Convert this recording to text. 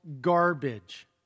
garbage